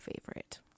favorite